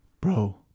Bro